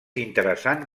interessant